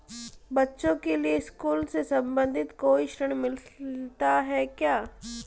बच्चों के लिए स्कूल से संबंधित कोई ऋण मिलता है क्या?